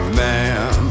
man